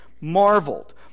marveled